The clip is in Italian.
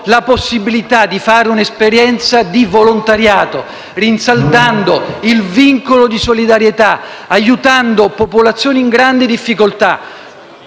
la possibilità di fare un'esperienza di volontariato, rinsaldando il vincolo di solidarietà e aiutando popolazioni in grande difficoltà.